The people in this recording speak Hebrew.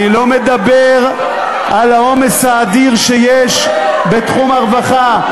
אני לא מדבר על העומס האדיר שיש בתחום הרווחה,